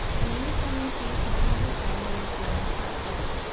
when amy told me she was thinking of retiring this year my heart sank.